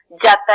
Japan